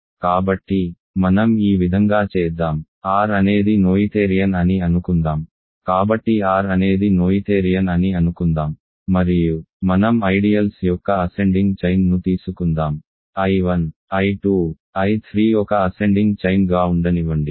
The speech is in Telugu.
కాబట్టి మనం ఈ విధంగా చేద్దాం R అనేది నోయిథేరియన్ అని అనుకుందాం కాబట్టి R అనేది నోయిథేరియన్ అని అనుకుందాం మరియు మనం ఐడియల్స్ యొక్క అసెండింగ్ చైన్ ను తీసుకుందాం I1 I2 I3 ఒక అసెండింగ్ చైన్ గా ఉండనివ్వండి